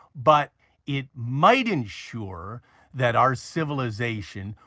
but it might ensure that our civilisation,